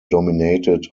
dominated